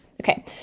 okay